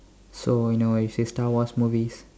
so you know you see Star Wars movies